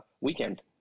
weekend